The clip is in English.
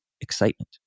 excitement